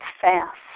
fast